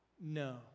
no